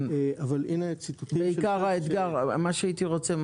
אבל במצגת ציטוטים של --- מה שהייתי רוצה,